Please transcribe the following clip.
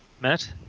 Matt